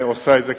ועושה את זה,